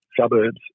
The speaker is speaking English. suburbs